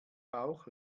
bauch